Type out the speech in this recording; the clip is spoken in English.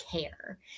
care